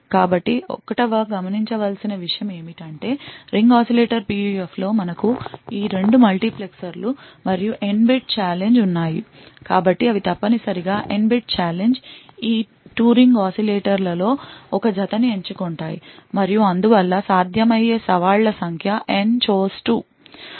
కాబట్టి1వ గమనించవలసిన విషయం ఏమిటంటే రింగ్ oscillator PUF లో మనకు ఈ 2 మల్టీప్లెక్సర్లు మరియు N bit ఛాలెంజ్ ఉన్నాయి కాబట్టి అవి తప్పనిసరిగా N bit ఛాలెంజ్ ఈ 2 రింగ్ oscillator ల లో ఒక జతని ఎంచుకుంటాయి మరియు అందువల్ల సాధ్యమయ్యే సవాళ్ల సంఖ్య N chose 2